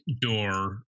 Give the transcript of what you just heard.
door